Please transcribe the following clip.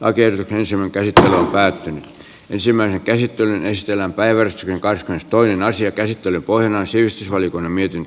käsittelyn pohjana on päättynyt ensimmäinen käsityön ystävänpäivän joka toinen asia käsittelyn sivistysvaliokunnan mietintö